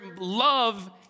love